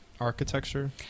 architecture